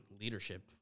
leadership